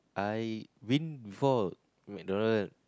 I been before McDonald